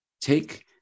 take